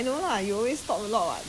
you 咯嗦